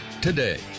today